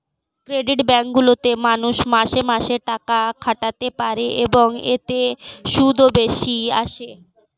credit bank গুলিতে মানুষ মাসে মাসে টাকা খাটাতে পারে, এবং এতে সুদও বেশি আসে